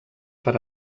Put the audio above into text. per